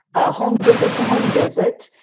home visit to home visit,